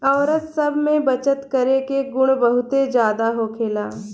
औरत सब में बचत करे के गुण बहुते ज्यादा होखेला